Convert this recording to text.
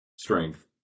strength